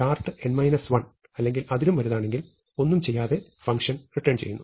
അതിനാൽ start n 1 അല്ലെങ്കിൽ അതിലും വലുതാണെങ്കിൽ ഒന്നും ചെയ്യാതെ ഫങ്ഷൻ റിട്ടേൺ ചെയ്യുന്നു